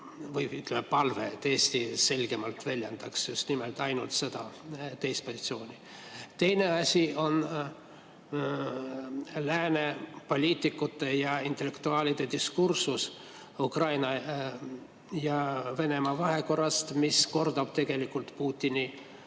palve, et Eesti selgemalt väljendaks just nimelt ainult seda teist positsiooni. Teine asi on lääne poliitikute ja intellektuaalide diskursus Ukraina ja Venemaa vahekorrast, mis kordab tegelikult Putini